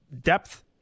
depth